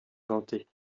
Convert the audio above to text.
gantée